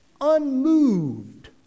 unmoved